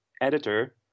editor